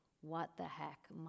what-the-heck